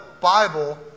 Bible